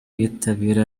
bitabira